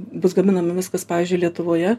bus gaminama viskas pavyzdžiui lietuvoje